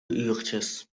uurtjes